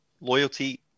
loyalty